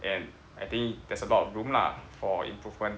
and I think there's a lot of room lah for improvement